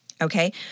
okay